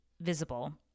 visible